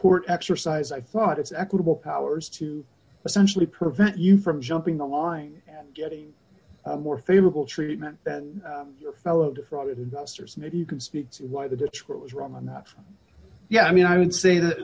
court exercise i thought it's equitable powers to essentially prevent you from jumping the line and getting more favorable treatment then your fellow defrauded investors maybe you can speak to why the detroit was wrong on that yeah i mean i would say that